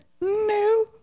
No